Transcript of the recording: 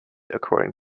according